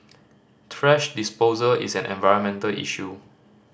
thrash disposal is an environmental issue